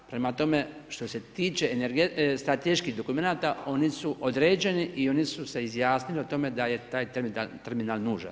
Prema tome, što se tiče strateških dokumenata, oni su određeni i oni su se izjasnili o tome, da je taj terminal nužan.